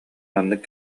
маннык